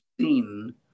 seen